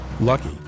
lucky